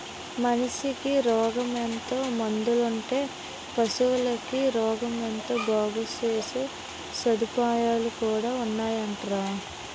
మనిసికి రోగమొత్తే మందులున్నట్లే పశువులకి రోగమొత్తే బాగుసేసే సదువులు కూడా ఉన్నాయటరా